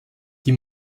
die